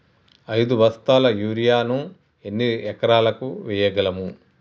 ఐదు బస్తాల యూరియా ను ఎన్ని ఎకరాలకు వేయగలము?